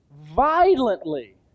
violently